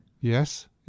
Yes